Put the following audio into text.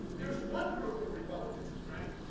there's one group of republicans, right,